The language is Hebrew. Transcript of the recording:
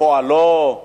פועלו